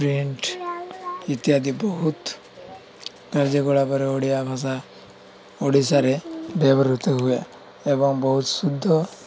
print ଇତ୍ୟାଦି ବହୁତ କାର୍ଯ୍ୟକଳାପରେ ଓଡ଼ିଆ ଭାଷା ଓଡ଼ିଶାରେ ବ୍ୟବହୃତ ହୁଏ ଏବଂ ବହୁତ ଶୁଦ୍ଧ